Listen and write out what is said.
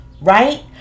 Right